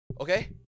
Okay